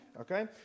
Okay